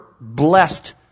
blessed